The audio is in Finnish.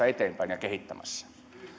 eteenpäin ja kehittämässä